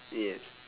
yes